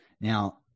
Now